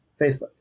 Facebook